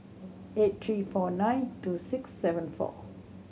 eight three four nine two six seven four